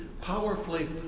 Powerfully